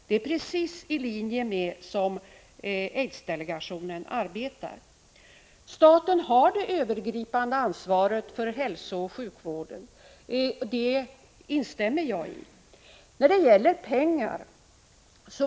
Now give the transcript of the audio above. Det är precis i linje med hur aidsdelegationen arbetar. Staten har det övergripande ansvaret för hälsooch sjukvården, det instämmer jag i.